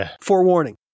forewarning